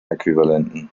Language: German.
äquivalenten